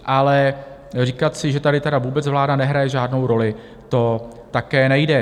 Ale říkat si, že tady tedy vůbec vláda nehraje žádnou roli, to také nejde.